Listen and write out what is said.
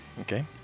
Okay